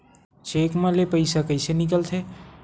Cheque म ले पईसा कइसे निकलथे?